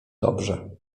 dobrze